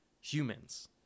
humans